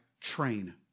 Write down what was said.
train